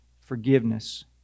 forgiveness